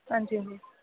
हां जी हां जी